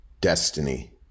destiny